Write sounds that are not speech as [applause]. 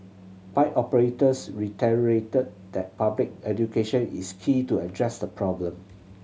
bike operators [unintelligible] that public education is key to address the problem